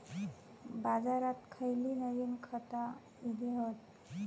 बाजारात खयली नवीन खता इली हत?